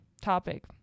topic